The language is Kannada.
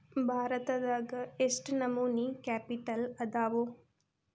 ಭಾರತದಾಗ ಯೆಷ್ಟ್ ನಮನಿ ಕ್ಯಾಪಿಟಲ್ ಅದಾವು?